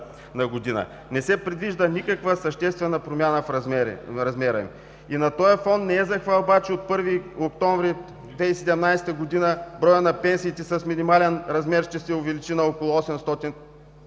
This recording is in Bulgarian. Не се предвижда никаква съществена промяна в размера им. На този фон не е за хвалба, че от 1 октомври 2017 г. броят на пенсиите с минимален размер ще се увеличи на около 800